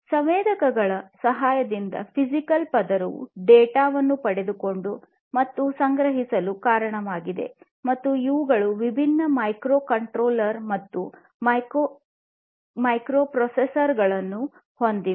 ಸಂವೇದಕಗಳ ಸಹಾಯದಿಂದ ಫಿಸಿಕಲ್ ಪದರವು ಡೇಟಾವನ್ನು ಪಡೆದುಕೊಳ್ಳಲು ಮತ್ತು ಸಂಗ್ರಹಿಸಲು ಕಾರಣವಾಗಿದೆ ಮತ್ತು ಇವುಗಳು ವಿಭಿನ್ನ ಮೈಕ್ರೊಕಂಟ್ರೋಲರ್ ಮತ್ತು ಮೈಕ್ರೊಪ್ರೊಸೆಸರ್ ಗಳನ್ನು ಹೊಂದಿವೆ